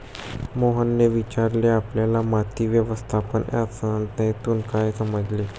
मोहनने विचारले आपल्याला माती व्यवस्थापन या संज्ञेतून काय समजले?